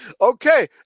Okay